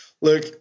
look